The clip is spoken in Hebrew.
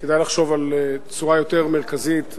כדאי לחשוב על צורה יותר מרכזית וחשובה,